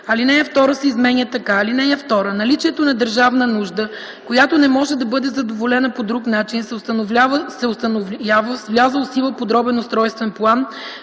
Алинея 2 се изменя така: „(2) Наличието на държавна нужда, която не може да бъде задоволена по друг начин, се установява с влязъл в сила подробен устройствен план,